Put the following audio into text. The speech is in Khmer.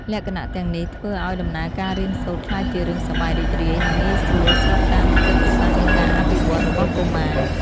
លក្ខណៈទាំងនេះធ្វើឲ្យដំណើរការរៀនសូត្រក្លាយជារឿងសប្បាយរីករាយ និងងាយស្រួល ស្របតាមចិត្តសាស្ត្រនៃការអភិវឌ្ឍន៍របស់កុមារ។